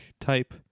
type